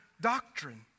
doctrine